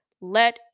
Let